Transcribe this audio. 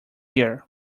here